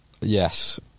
Yes